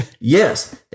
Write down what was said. Yes